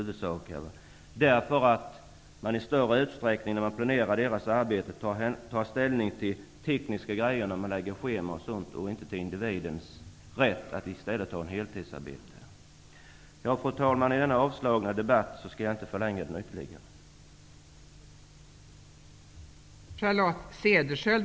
Vid exempelvis schemaläggning av deras arbeten tas i större utsträckning tekniska hänsyn än till individens rätt till heltidsarbete. Fru talman! Jag skall inte ytterligare förlänga denna avslagna debatt.